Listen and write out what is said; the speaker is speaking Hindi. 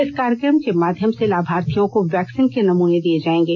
इस कार्यक्रम के माध्यम से लाभार्थियों को वैक्सीन के नमूने दिए जाएंगे